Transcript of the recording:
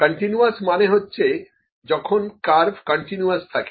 continuous মানে হচ্ছে যখন কার্ভ কন্টিনিউয়াস থাকে